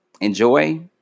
enjoy